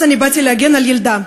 אז באתי להגן על ילדה,